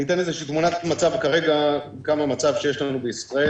אני אתן איזושהי תמונת מצב כרגע של המצב שיש לנו בישראל.